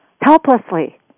helplessly